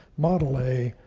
model a,